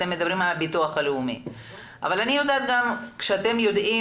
ואתם מדברים עם הביטוח הלאומי אבל אני יודעת שאתם יודעים